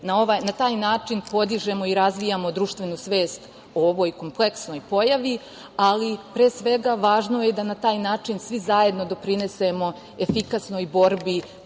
Na taj način podižemo i razvijamo društvenu svest o ovoj kompleksnoj pojavi, ali pre svega je važno da na taj način svi zajedno doprinesemo efikasnoj borbi